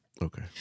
Okay